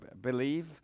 believe